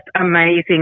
amazing